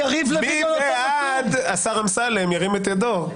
יריב לוין לא נותן לו כלום.